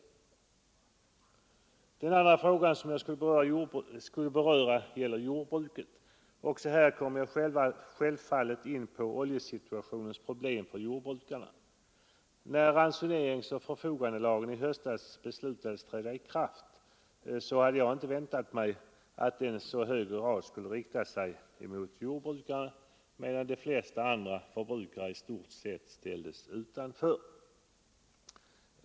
Den andra fråga jag skulle beröra gäller jordbruket. Också här kommer jag självfallet in på de problem som oljesituationen medfört. När beslutet i höstas fattades om att ransoneringsoch förfogandelagen skulle träda i kraft, hade jag inte väntat mig att den i så hög grad skulle rikta sig mot jordbrukarna, medan de flesta andra förbrukare i stort sett ställdes utanför.